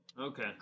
Okay